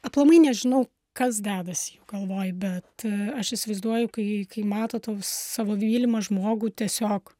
aplamai nežinau kas dedasi jų galvoj bet aš įsivaizduoju kai kai mato savo mylimą žmogų tiesiog